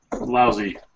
lousy